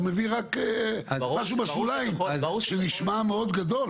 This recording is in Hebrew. מביא רק משהו בשוליים שנשמע מאוד גדול?